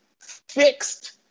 fixed